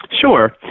Sure